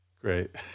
Great